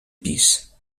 pis